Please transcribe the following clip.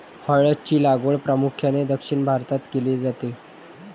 हळद ची लागवड प्रामुख्याने दक्षिण भारतात केली जाते